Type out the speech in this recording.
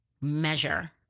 measure